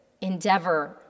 endeavor